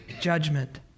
judgment